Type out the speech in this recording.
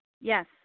Yes